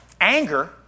anger